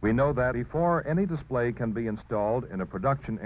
we know that he for any display can be installed in a production